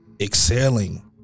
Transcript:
Excelling